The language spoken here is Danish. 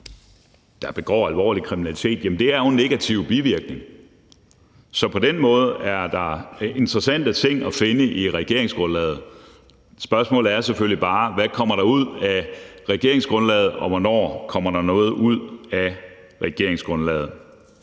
der begår alvorlig kriminalitet, er en negativ bivirkning. På den måde er der interessante ting at finde i regeringsgrundlaget. Spørgsmålet er selvfølgelig bare, hvad der kommer ud af regeringsgrundlaget, og hvornår der kommer noget ud af regeringsgrundlaget.